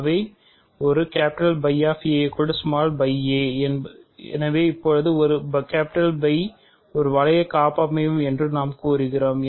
ஆகவே ஒரு எனவே இப்போது ஒரு வளைய காப்பமைவியம் என்று நாம் கூறுகிறோம்